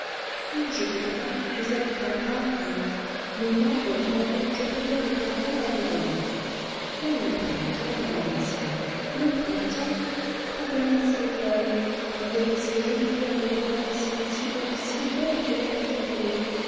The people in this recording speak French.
oh je vous crois vous êtes très brave vous mais moi poltronne je préfère le printemps à l'hiver oh le printemps madame martial le printemps quand verdissent les feuilles quand fleurissent les jolies fleurs des bois qui sentent si bon si bon que l'air est embaumé